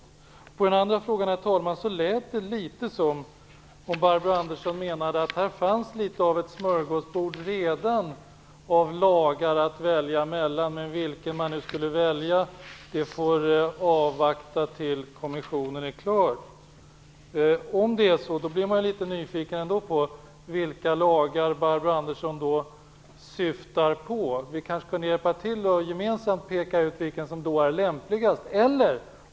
När det gäller den andra frågan lät det litet som att Barbro Andersson menade att här fanns det redan ett smörgåsbord av lagar att välja mellan. Men frågan om vilken lag man skulle välja får avvakta till dess att kommissionen är klar med sitt arbete. Man blir då litet nyfiken på vilka lagar Barbro Andersson syftar på. Vi kunde kanske hjälpas åt och gemensamt peka ut vilken lag som är lämpligast.